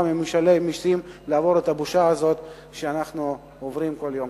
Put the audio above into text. ממשלמי המסים לעבור את הבושה הזאת שאנחנו עוברים כל יום.